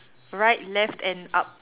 right left and up